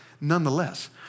nonetheless